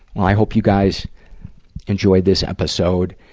well, i hope you guys enjoyed this episode.